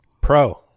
Pro